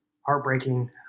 heartbreaking